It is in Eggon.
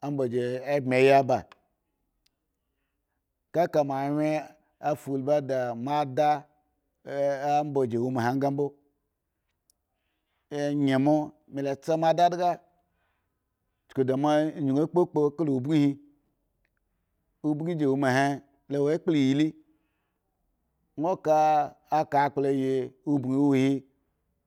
ambi a yi baa kaka mo anwye fa ulbi di mo ada amba gi wo ma hen gi mbo me yen mo me la tsamo dadga chuku da mo yim kpokpo kala obin hi obon ji wo ma helo wo alepla iyuli won ka kaka obinyi uhuhi